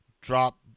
drop